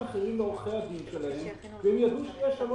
עורכי דין יקרים ולעבוד מייד אחרי שזה קורה.